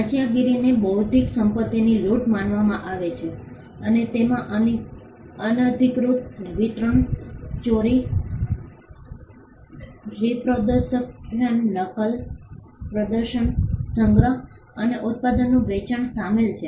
ચાંચિયાગીરીને બૌદ્ધિક સંપત્તિની લૂંટ માનવામાં આવે છે અને તેમાં અનધિકૃત વિતરણ ચોરી રીપ્રોદ્ક્સનreproductionપ્રજનન નકલ પ્રદર્શન સંગ્રહ અને ઉત્પાદનનું વેચાણ શામેલ છે